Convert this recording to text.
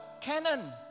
canon